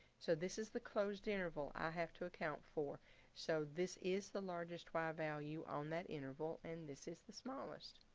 so this is the closed interval i have to account for so this is the largest y value on that interval and this is the smallest.